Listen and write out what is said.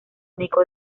único